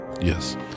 Yes